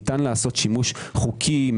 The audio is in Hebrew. ניתן לעשות שימוש חוקי,